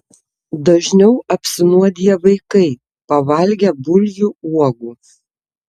dažniau apsinuodija vaikai pavalgę bulvių uogų